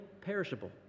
perishable